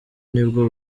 nibwo